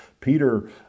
Peter